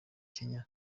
kenya